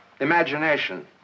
Imagination